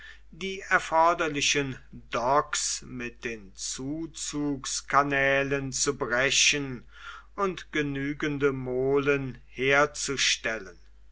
die erforderlichen docks mit den zuzugs kanälen zu brechen und genügende molen herzustellen